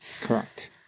Correct